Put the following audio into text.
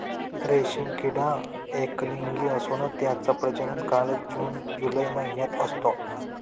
रेशीम किडा एकलिंगी असून त्याचा प्रजनन काळ जून जुलै महिन्यात असतो